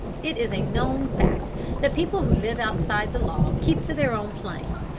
it is a known fact that people who live outside the law keep to their own plane.